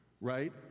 right